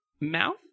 mouth